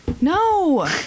No